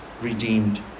redeemed